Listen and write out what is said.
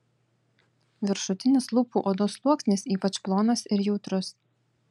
viršutinis lūpų odos sluoksnis ypač plonas ir jautrus